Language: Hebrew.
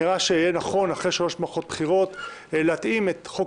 נראה שיהיה נכון אחרי שלוש מערכות בחירות להתאים את חוק